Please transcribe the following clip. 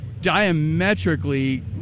diametrically